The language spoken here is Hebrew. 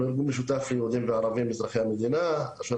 אנחנו ארגון משותף ליהודים וערבים אזרחי המדינה אשר